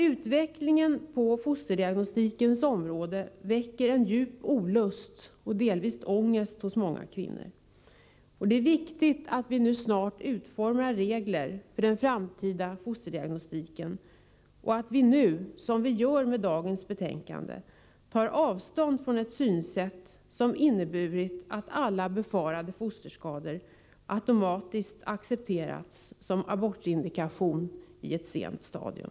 Utvecklingen på fosterdiagnostikens område väcker djup olust och delvis ångest hos många kvinnor. Det är viktigt att vi snart utformar regler för den framtida fosterdiagnostiken och att vi nu, som vi gör med dagens betänkande, tar avstånd från ett synsätt som inneburit att alla befarade fosterskador automatiskt accepterats som abortindikation i ett sent stadium.